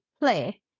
play